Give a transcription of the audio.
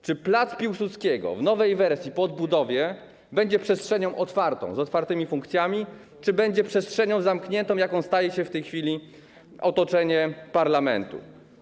Czy pl. Piłsudskiego w nowej wersji po odbudowie będzie przestrzenią otwartą, z otwartymi funkcjami, czy będzie przestrzenią zamkniętą, jaką staje się w tej chwili otoczenie parlamentu?